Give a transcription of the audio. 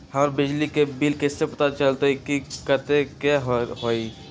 हमर बिजली के बिल कैसे पता चलतै की कतेइक के होई?